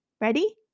ready